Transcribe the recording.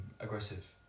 aggressive